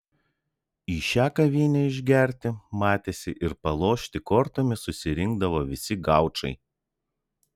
į šią kavinę išgerti matėsi ir palošti kortomis susirinkdavo visi gaučai